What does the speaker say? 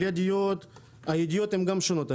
של ידיות, הידיות הן גם שונות.